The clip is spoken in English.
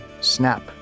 Snap